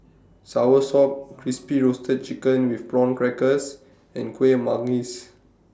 Soursop Crispy Roasted Chicken with Prawn Crackers and Kuih Manggis